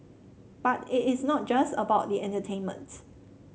but it is not just about the entertainment